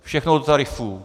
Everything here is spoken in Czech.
Všechno do tarifů.